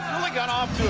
got off